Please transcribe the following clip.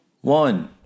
one